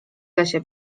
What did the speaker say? lesie